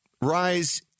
rise